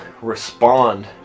respond